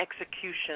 execution